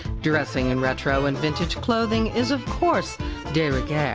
dressing in retro and vintage clothing is of course de rigueur.